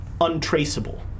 untraceable